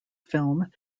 film